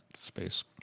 space